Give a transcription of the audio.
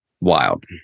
Wild